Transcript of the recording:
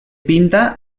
pinta